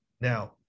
Now